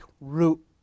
root